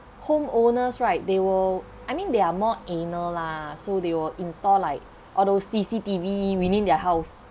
homeowners right they will I mean they are more anal lah so they will install like all those C_C_T_V within their house